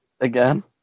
again